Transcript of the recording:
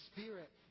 Spirit